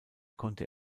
konnte